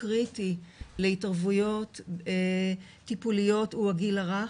קריטי להתערבויות טיפוליות הוא הגיל הרך.